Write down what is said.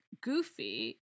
goofy